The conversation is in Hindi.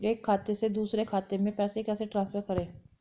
एक खाते से दूसरे खाते में पैसे कैसे ट्रांसफर करें?